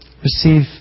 receive